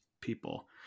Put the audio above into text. people